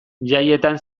jaietan